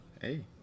Hey